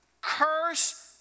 curse